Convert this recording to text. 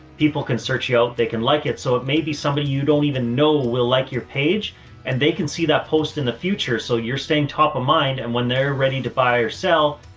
people can search you out, they can like it. so it may be somebody you don't even know will like your page and they can see that post in the future. so you're staying top of mind and when they're ready to buy or sell,